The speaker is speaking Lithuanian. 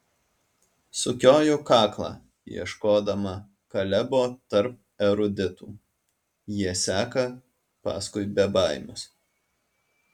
sukioju kaklą ieškodama kalebo tarp eruditų jie seka paskui bebaimius